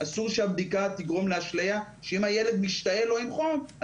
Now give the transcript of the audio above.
אסור שהבדיקה תגרום לאשליה שאם הילד משתעל או הוא עם חום,